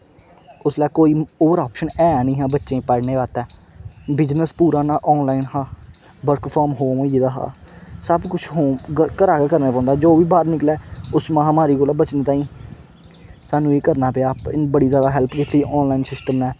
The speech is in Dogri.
उसलै कोई होर आप्शन ऐ नेईं हा बच्चें गी पढ़ने दा बास्तै बिजनस पूरा ना आनलाइन हा वर्क फ्राम होम होई गेदा हा सब कुछ होम घरा गै करने पौंदा जो बी बाहर निकलै उसी महामारी कोला बचने ताहीं सानूं एह् करना पेआ ते बड़ी ज्यादा हैल्प कीती आनलाइन सिस्टम ने